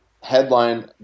headline